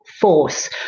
force